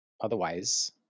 otherwise